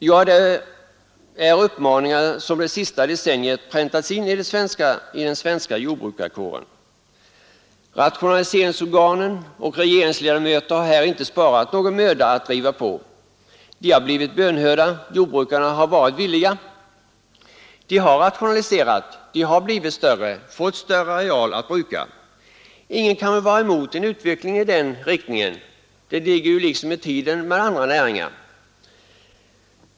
Ja, det är uppmaningar som det senaste decenniet präntats in i den svenska jordbrukarkåren. Rationaliseringsorganen och regeringsledamöter har här inte sparat någon möda att driva på. De har blivit bönhörda, jordbrukarna har varit villiga. De har rationaliserat, jordbruken har blivit större — man har fått större areal att bruka. Ingen kan väl vara emot en utveckling i den riktningen. Det ligger ju liksom i tiden med andra näringar.